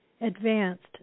advanced